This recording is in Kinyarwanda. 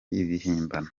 ibihimbano